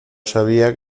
sabia